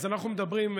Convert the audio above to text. אז אנחנו מדברים,